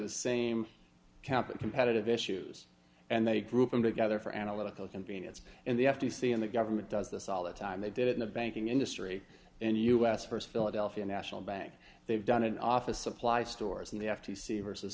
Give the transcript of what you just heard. the same camp and competitive issues and they group them together for analytical convenience and the f t c and the government does this all the time they did in the banking industry and us st philadelphia national bank they've done an office supply stores and they have to see versus